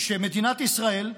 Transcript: שמדינת ישראל,